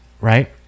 right